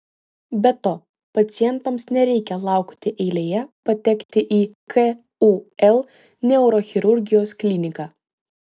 be to pacientams nereikia laukti eilėje patekti į kul neurochirurgijos kliniką